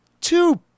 two